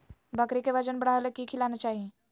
बकरी के वजन बढ़ावे ले की खिलाना चाही?